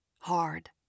hard